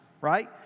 right